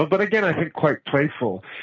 but again, i think quite playful.